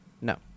No